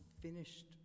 finished